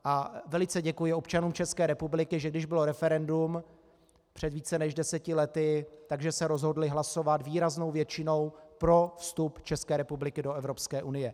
A velice děkuji občanům České republiky, že když bylo referendum před více než deseti lety, tak že se rozhodli hlasovat výraznou většinou pro vstup České republiky do Evropské unie.